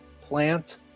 plant